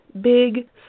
big